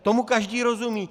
Tomu každý rozumí.